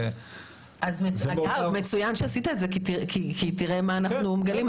טוב שעשית זאת כי תראה מה אנחנו מגלים,